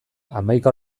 hamaika